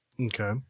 Okay